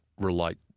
relate